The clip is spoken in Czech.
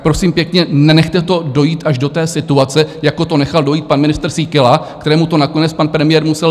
Prosím pěkně, nenechte to dojít až do té situace, jako to nechal dojít pan ministr Síkela, kterému to nakonec pan premiér musel vzít.